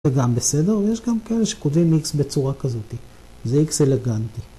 זה גם בסדר, ויש גם כאלה שכותבים x בצורה כזאת, זה x אלגנטי.